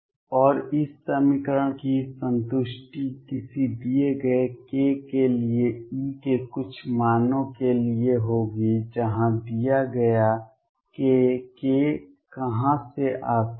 और इस समीकरण की संतुष्टि किसी दिए गए k के लिए E के कुछ मानों के लिए होगी जहां दिया गया k k कहां से आता है